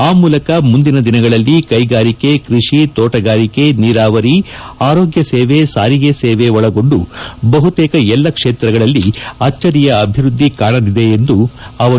ಆ ಮೂಲಕ ಮುಂದಿನ ದಿನಗಳಲ್ಲಿ ಕೈಗಾರಿಕೆ ಕೃಷಿ ತೋಟಗಾರಿಕೆ ನೀರಾವರಿ ಆರೋಗ್ಯ ಸೇವೆ ಸಾರಿಗೆ ಸೇವೆ ಒಳಗೊಂಡು ಬಹುತೇಕ ಎಲ್ಲಾ ಕ್ಷೇತ್ರಗಳಲ್ಲಿ ಅಚ್ಚರಿಯ ಅಭಿವೃದ್ದಿ ಕಾಣಲಿದೆ ಎಂದರು